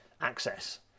access